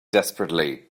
desperately